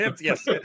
yes